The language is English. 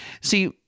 See